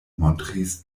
montris